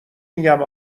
میگم